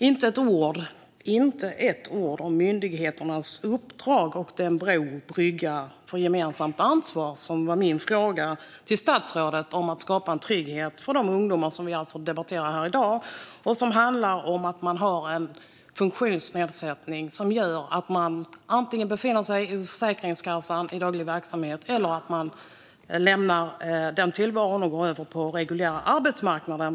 Inte ett ord har sagts här om myndigheternas uppdrag och den bro, brygga, för gemensamt ansvar som min fråga till statsrådet handlade om när det gäller att skapa en trygghet för de ungdomar som vi debatterar här i dag och som har en funktionsnedsättning som gör att de antingen befinner sig hos Försäkringskassan i daglig verksamhet eller lämnar den tillvaron och går över till den reguljära arbetsmarknaden.